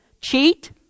cheat